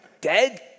dead